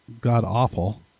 god-awful